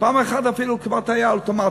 פעם אחת אפילו כמעט היה אולטימטום.